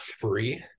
free